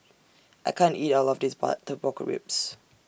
I can't eat All of This Butter Pork Ribs